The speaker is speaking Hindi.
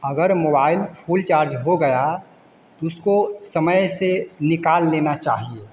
अगर मोबाइल फुल चार्ज हो गया उसको समय से निकाल लेना चाहिए